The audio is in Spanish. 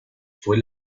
fue